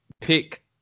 Pick